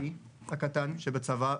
נכנס אלינו הבית אח שלי הקטן שבצבא,